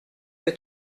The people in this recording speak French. que